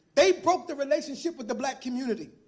they broke the relationship with the black community.